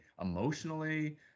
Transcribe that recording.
emotionally